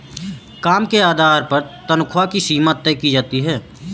काम के आधार पर तन्ख्वाह की सीमा तय की जाती है